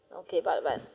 okay but but